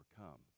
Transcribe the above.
overcome